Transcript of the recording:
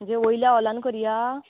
म्हणजे वयल्या हॉलान करयां